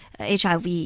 HIV